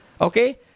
Okay